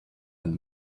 and